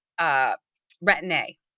Retin-A